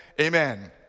amen